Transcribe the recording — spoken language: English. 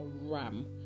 ram